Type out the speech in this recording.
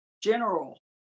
general